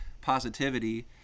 positivity